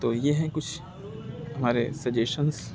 تو یہ ہیں کچھ ہمارے سجیشنس